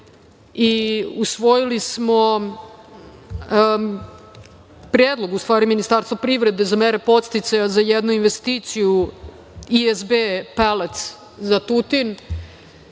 i usvojili smo predlog Ministarstva privrede za mere podsticaja za jednu investiciju ESB „Pellets“ za Tutin.